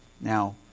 Now